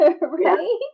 right